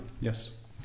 yes